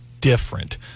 different